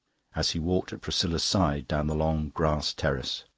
as he walked at priscilla's side down the long grass terrace.